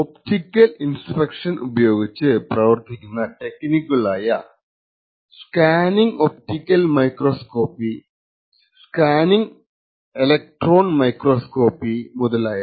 optical inspection ഉപയോഗിച്ച് പ്രവർത്തിക്കുന്ന ടെക്നിക്കുകളായ scanning optical microscopy scanning electron microscopy മുതലായവ